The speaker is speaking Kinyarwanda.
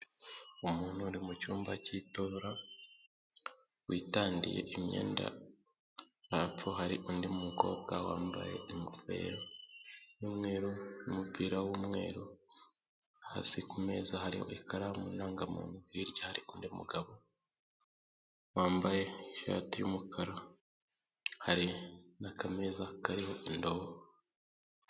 Umuntu uri mu cyumba cy'itora, witandiye imyenda, hepfo hari undi mukobwa wambaye ingofero y'umweru n'umupira w'umweru, hasi ku meza hariho ikaramu n'indangamuntu, hirya hari undi mugabo wambaye ishati y'umukara, hari n'akameza kariho indobo.